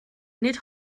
nid